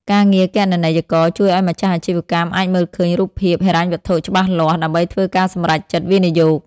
ការងារគណនេយ្យករជួយឱ្យម្ចាស់អាជីវកម្មអាចមើលឃើញរូបភាពហិរញ្ញវត្ថុច្បាស់លាស់ ដើម្បីធ្វើការសម្រេចចិត្តវិនិយោគ។